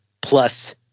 plus